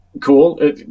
cool